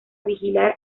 vigilar